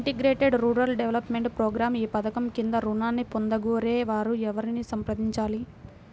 Integrated rural development programme ఈ పధకం క్రింద ఋణాన్ని పొందగోరే వారు ఎవరిని సంప్రదించాలి?